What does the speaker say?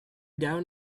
down